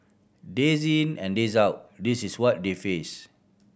days in and days out this is what they face